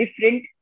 different